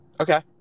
Okay